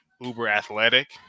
uber-athletic